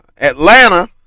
Atlanta